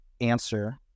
answer